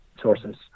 sources